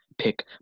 pick